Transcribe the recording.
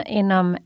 inom